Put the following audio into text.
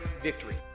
victory